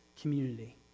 community